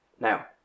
Now